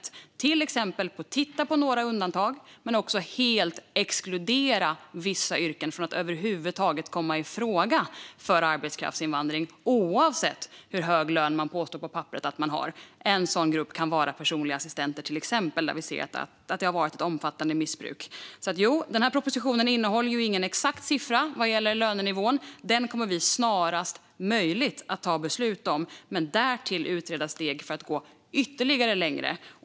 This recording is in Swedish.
Det handlar till exempel om att titta på några undantag men också att helt exkludera vissa yrken från att över huvud taget komma i fråga för arbetskraftsinvandring, oavsett hur hög lön man påstår att man har på papperet. En sådan grupp kan till exempel vara personliga assistenter, där vi ser att det har varit ett omfattande missbruk. Propositionen innehåller ingen exakt siffra vad gäller lönenivån. Den kommer vi snarast möjligt att ta beslut om. Därtill kommer vi att utreda steg för att gå längre.